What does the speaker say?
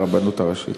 ברבנות הראשית.